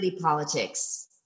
politics